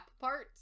parts